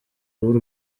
w’u